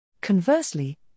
Conversely